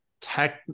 tech